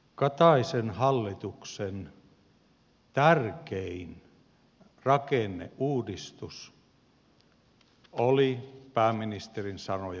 kataisen hallituksen tärkein rakenneuudistus oli pääministerin sanojen mukaan kuntarakenneuudistus